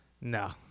No